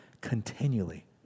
continually